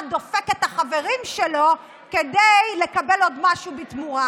דופק את החברים שלו כדי לקבל עוד משהו בתמורה.